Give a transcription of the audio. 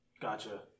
Gotcha